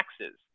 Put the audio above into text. taxes